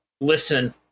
listen